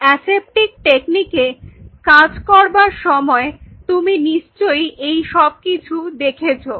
aseptic টেকনিকে কাজ করবার সময় তুমি নিশ্চয়ই এই সবকিছু দেখেছো